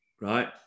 right